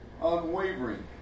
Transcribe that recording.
unwavering